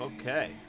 Okay